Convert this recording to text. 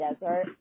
desert